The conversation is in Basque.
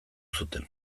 zuten